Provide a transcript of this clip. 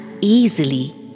easily